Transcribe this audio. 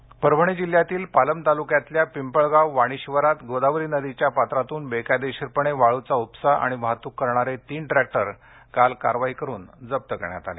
अवैध वाळू उपसा परभणी जिल्ह्यातील पालम तालुक्यातील पिंपळगाव वाणी शिवारात गोदावरी नदीच्या पात्रातून बेकायदेशीरपणे वाळूचा उपसा आणि वाहतूक करणारे तीन ट्रॅक्टर काल कारवाई करून जप्त करण्यात आले